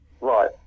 Right